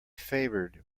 favored